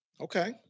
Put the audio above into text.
Okay